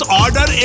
order